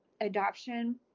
adoption